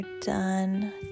done